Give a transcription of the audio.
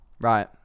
right